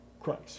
Christ